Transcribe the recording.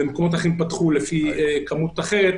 במקומות אחרים פתחו לפי כמות אחרת,